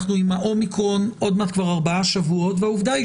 אנחנו עם ה-אומיקרון עוד מעט כבר 4 שבועות והעובדה היא